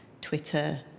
Twitter